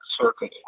circuit